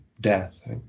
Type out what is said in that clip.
death